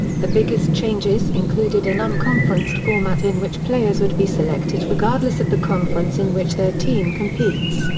the biggest changes included an unconferenced format in which players would be selected regardless of the conference in which their team competes,